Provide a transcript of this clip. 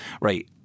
right